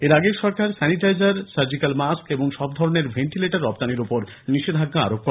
এর আগে সরকার স্যানিটাইজার সার্জিক্যাল মাস্ক এবং সব ধরনের ভেন্টিলেটার রপ্তানীর ওপর নিষেধাজ্ঞা আরোপ করে